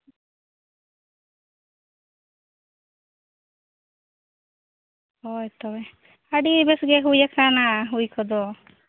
ᱦᱳᱭ ᱛᱚᱵᱮ ᱟᱹᱰᱤ ᱵᱮᱥ ᱜᱮ ᱦᱩᱭᱟᱠᱟᱱᱟ ᱦᱩᱭ ᱠᱚᱫᱚ